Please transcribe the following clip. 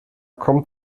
kommt